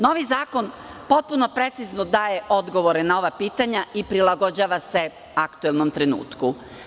Novi zakon potpuno precizno daje odgovore na ova pitanja i prilagođava se aktuelnom trenutku.